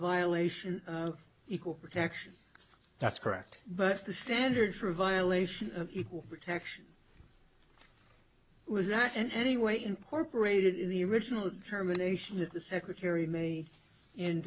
violation of equal protection that's correct but the standard for a violation of equal protection was not in any way incorporated in the original determination that the secretary made in